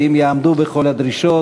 ואם יעמדו בכל הדרישות,